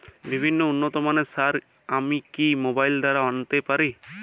বিভিন্ন উন্নতমানের সার আমি কি মোবাইল দ্বারা আনাতে পারি?